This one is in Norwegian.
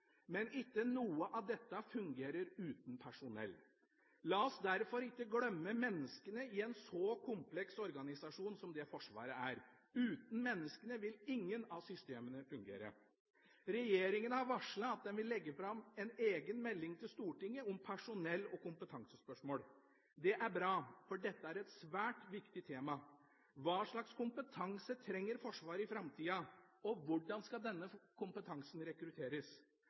men ikke noe av dette fungerer uten personell. La oss derfor ikke glemme menneskene i en så kompleks organisasjon som det Forsvaret er. Uten menneskene vil ingen av systemene fungere. Regjeringa har varslet at den vil legge fram en egen melding til Stortinget om personell- og kompetansespørsmål. Det er bra, for dette er et svært viktig tema: Hva slags kompetanse trenger Forsvaret i framtida, og hvordan skal denne kompetansen rekrutteres?